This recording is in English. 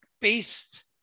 based